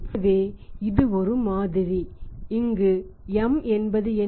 எனவே இது ஒரு மாதிரி இங்கு M என்பது என்ன